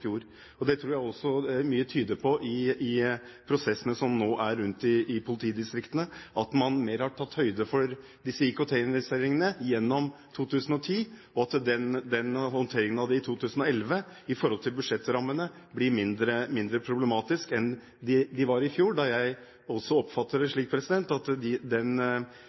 fjor. Mye i de prosessene som nå er rundt i politidistriktene tyder på at man har tatt mer høyde for disse IKT-investeringene gjennom 2010, og at håndteringen av dem i 2011 i forhold til budsjettrammene blir mindre problematisk enn den var i fjor, da også jeg oppfattet det slik at